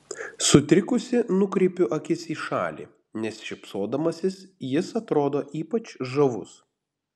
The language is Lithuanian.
sutrikusi nukreipiu akis į šalį nes šypsodamasis jis atrodo ypač žavus